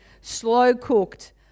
slow-cooked